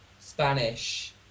spanish